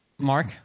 Mark